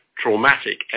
traumatic